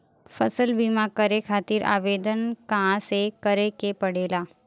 फसल बीमा करे खातिर आवेदन कहाँसे करे के पड़ेला?